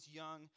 young